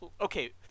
okay